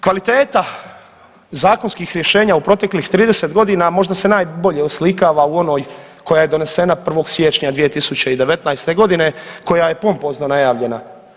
Kvaliteta zakonskih rješenja u proteklih 30 godina možda se najbolje oslikava u onoj koja je donesena 1. siječnja 2019.g. koja je pompozno najavljena.